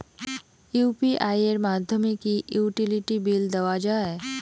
UPI এর মাধ্যমে কি ইউটিলিটি বিল দেওয়া যায়?